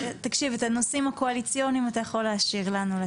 את הנושאים הקואליציוניים אתה יכול להשאיר לנו לטפל בהם.